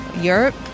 Europe